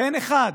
ואין אחד